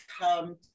come